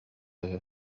үһү